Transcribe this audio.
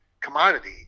commodity